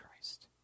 Christ